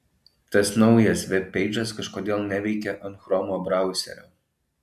tas naujas vebpeidžas kažkodėl neveikia ant chromo brausesio